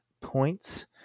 points